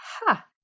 ha